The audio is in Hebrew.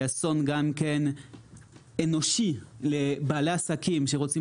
היא אסון גם כן אנושי לבעלי עסקים שרוצים